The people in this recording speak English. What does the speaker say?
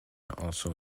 also